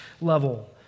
level